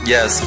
Yes